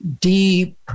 deep